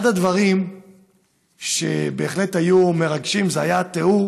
אחד הדברים שבהחלט היו מרגשים היה התיאור